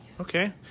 Okay